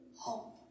hope